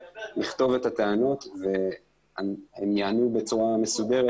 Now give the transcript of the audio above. לכתוב את הטענות והן ייענו בצורה מסודרת.